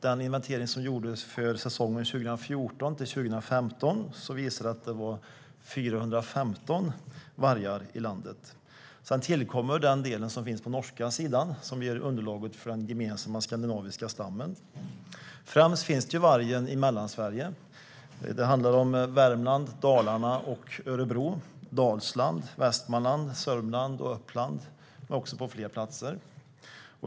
Den inventering som gjordes för säsongen 2014-2015 visade att det då var 415 vargar. Sedan tillkommer den del som finns på den norska sidan, som ger underlaget för den gemensamma skandinaviska stammen. Främst finns vargen i Mellansverige. Det handlar om Värmland, Dalarna, Örebro, Dalsland, Västmanland, Sörmland och Uppland, men den finns också på fler platser.